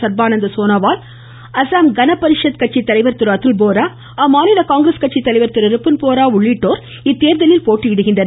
சா்பானந்த சோனோவால் அசாம் கனபாிஷத் கட்சித்தலைவா் திரு அதுல்போரா அம்மாநில காங்கிரஸ் கட்சித்தலைவா் திரு ரிப்புன் போரா உள்ளிட்டோர் இத்தோதலில் போட்டியிடுகின்றனர்